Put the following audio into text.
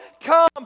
come